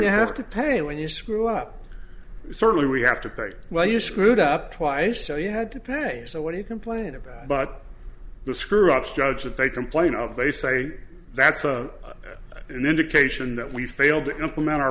only have to pay when you screw up certainly we have to pay well you screwed up twice so you had to pay so what do you complain about but the screw ups judge that they complain of they say that's an indication that we failed to implement our